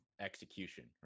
execution